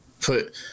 put